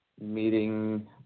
meeting